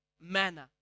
manner